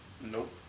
Nope